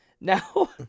Now